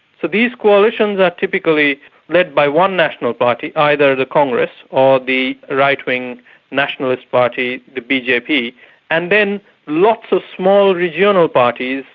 so these coalitions are typically led by one national party either the congress or the right-wing nationalist party, the bjp and then lots of small regional parties,